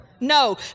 No